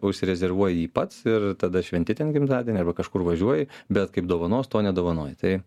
užsirezervuoji jį pats ir tada šventi ten gimtadienį arba kažkur važiuoji bet kaip dovanos to nedovanoji tai